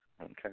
Okay